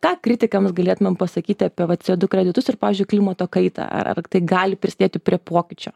ką kritikams galėtumėm pasakyti apie va co du kreditus ir pavyzdžiui klimato kaitą ar tai gali prisidėti prie pokyčio